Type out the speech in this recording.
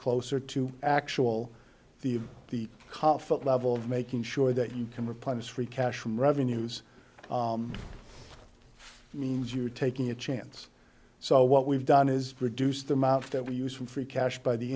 closer to actual the the hot foot level of making sure that you can replenish free cash from revenues means you're taking a chance so what we've done is reduce the amount that we use for free cash by the